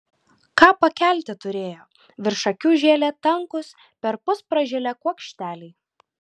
ką pakelti turėjo virš akių žėlė tankūs perpus pražilę kuokšteliai